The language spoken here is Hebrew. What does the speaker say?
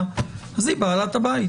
הממשלה אומרת: אבל המשרד ההוא ינהל את זה.